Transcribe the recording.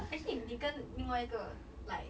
actually 你跟另外一个 like